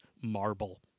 marble